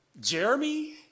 Jeremy